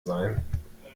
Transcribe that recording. sein